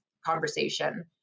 conversation